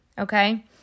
okay